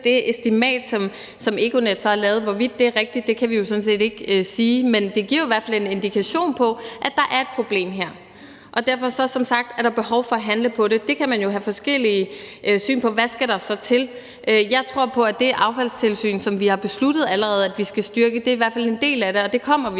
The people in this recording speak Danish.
det estimat, som Econet har lavet. Hvorvidt det er rigtigt, kan vi jo sådan set ikke sige, men det giver i hvert fald en indikation på, at der er et problem her. Derfor er der som sagt behov for at handle på det. Der kan man jo have forskellige syn på, hvad der så skal til. Jeg tror på, at det afholdstilsyn, som vi allerede har besluttet vi skal styrke, i hvert fald er en del af det, og det kommer vi